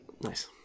Nice